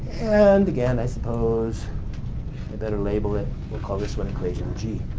and again, i suppose i better label it and call this one equation g.